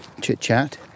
chit-chat